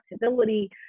flexibility